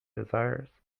desires